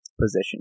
position